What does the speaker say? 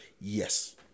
yes